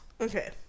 okay